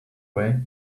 way